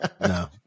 no